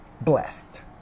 Blessed